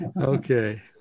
Okay